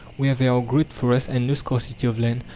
where there are great forests and no scarcity of land,